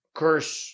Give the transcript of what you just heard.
curse